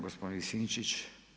Gospodine Sinčić.